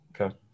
Okay